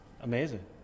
Amazing